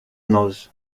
noz